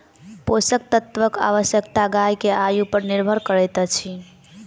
पोषक तत्वक आवश्यकता गाय के आयु पर निर्भर करैत अछि